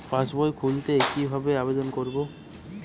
পাসবই খুলতে কি ভাবে আবেদন করব?